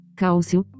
cálcio